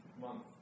month